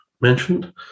mentioned